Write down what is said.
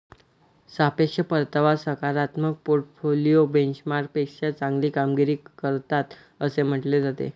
सापेक्ष परतावा सकारात्मक पोर्टफोलिओ बेंचमार्कपेक्षा चांगली कामगिरी करतात असे म्हटले जाते